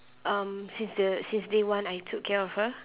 um since uh since day one I took care of her